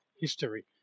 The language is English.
history